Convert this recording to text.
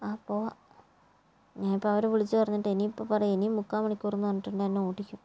ആ പോവാം ഞാൻ ഇപ്പം അവരെ വിളിച്ചുപറഞ്ഞിട്ടുണ്ട് ഇനി ഇപ്പം പറയും ഇനിം മുക്കാൽ മണിക്കൂറെന്ന് പറഞ്ഞിട്ടുണ്ടെങ്കിൽ എന്നെ ഓട്ടിക്കും